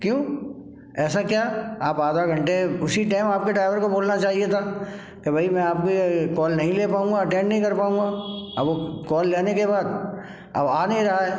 क्यों ऐसा क्या आप आधा घंटे उसी टाइम आपके ड्राइवर को बोलना चाहिए था कि भई मैं आपके अ कॉल नहीं ले पाऊँगा अटेन्ड नहीं कर पाऊँगा अब वो कॉल लेने के बाद अब आ नहीं रहा है